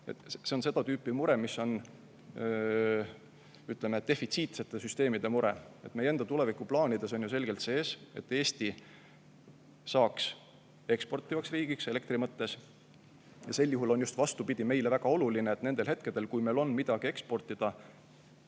See on seda tüüpi mure, mis on, ütleme, defitsiitsete süsteemide mure. Meie enda tulevikuplaanides on ju selgelt sees, et Eesti saaks eksportivaks riigiks elektri mõttes. Ja sel juhul on just vastupidi: meile on väga oluline, et nendel hetkedel, kui meil on midagi eksportida,